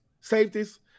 safeties